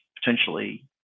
potentially